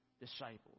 disciples